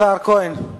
השר כהן,